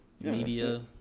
media